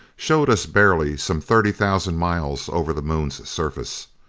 showed us barely some thirty thousand miles over the moon's surface.